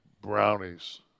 brownies